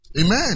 Amen